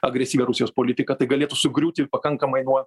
agresyvią rusijos politiką tai galėtų sugriūti ir pakankamai nuo